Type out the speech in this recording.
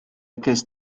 cest